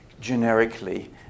generically